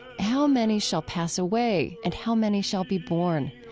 how many shall pass away? and how many shall be born?